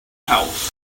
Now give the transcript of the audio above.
house